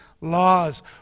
laws